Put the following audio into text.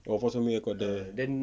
oh force vomit record there